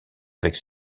avec